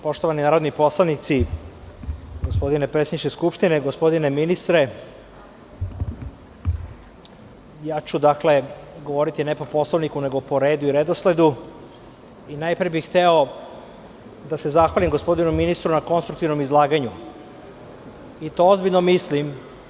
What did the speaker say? Poštovani narodni poslanici, gospodine predsedniče Skupštine, gospodine ministre, govoriću ne po Poslovniku, nego po redu i redosledu i najpre bih hteo da se zahvalim gospodinu ministru na konstruktivnom izlaganju i to ozbiljno mislim.